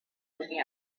looking